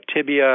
tibia